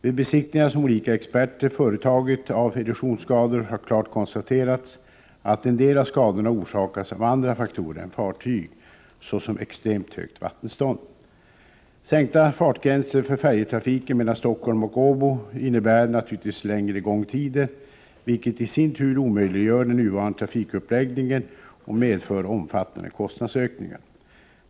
Vid besiktningar som olika experter företagit av erosionsskador har klart konstaterats att en del av skadorna orsakats av andra faktorer än fartyg, såsom extremt högt vattenstånd. Sänkta fartgränser för färjetrafiken mellan Stockholm och Åbo innebär naturligtvis längre gångtider, vilket i sin tur omöjliggör den nuvarande trafikuppläggningen och medför omfattande kostnadsökningar.